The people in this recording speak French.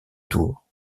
tours